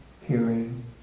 hearing